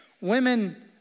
Women